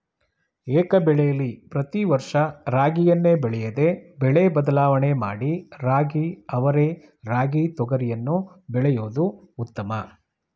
ಏಕಬೆಳೆಲಿ ಪ್ರತಿ ವರ್ಷ ರಾಗಿಯನ್ನೇ ಬೆಳೆಯದೆ ಬೆಳೆ ಬದಲಾವಣೆ ಮಾಡಿ ರಾಗಿ ಅವರೆ ರಾಗಿ ತೊಗರಿಯನ್ನು ಬೆಳೆಯೋದು ಉತ್ತಮ